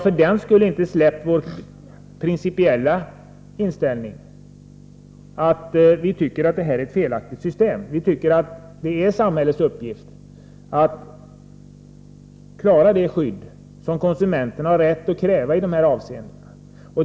För den skull har vi inte ändrat vår principiella inställning. Vi tycker att detta är ett felaktigt system. Det är enligt vår uppfattning samhällets uppgift att svara för det skydd som konsumenterna har rätt att kräva i de här avseendena.